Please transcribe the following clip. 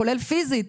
כולל פיזית,